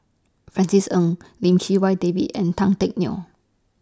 Francis Ng Lim Chee Wai David and Tan Teck Neo